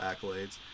accolades